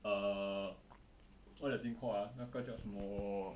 err what that think call ah 那个叫什么